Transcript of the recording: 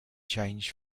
change